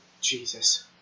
Jesus